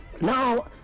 now